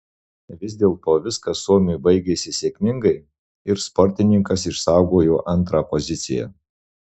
vis dėlto viskas suomiui baigėsi sėkmingai ir sportininkas išsaugojo antrą poziciją